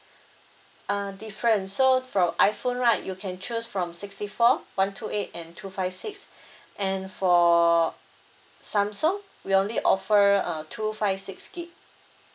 uh different so fro~ iPhone right you can choose from sixty four one two eight and two five six and for Samsung we only offer uh two five six gig